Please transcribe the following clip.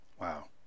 Wow